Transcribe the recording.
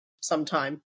sometime